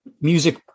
music